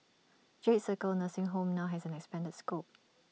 jade circle nursing home now has an expanded scope